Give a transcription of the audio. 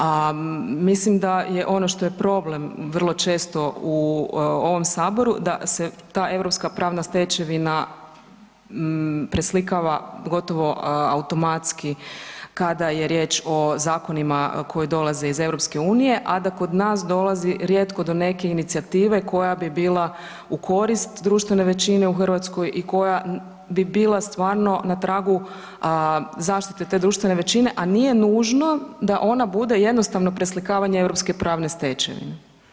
A mislim da je ono što je problem vrlo često u ovom Saboru da se ta europska pravna stečevina preslikava gotovo automatski kada je riječ o zakonima koji dolaze iz Europske unije, a da kod nas dolazi rijetko kod neke inicijative koja bi bila u korist društvene većine u Hrvatskoj i koja bi bila stvarno na tragu zaštite te društvene većine, a nije nužno da ona bude jednostavno preslikavanje europske pravne stečevine.